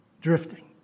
Drifting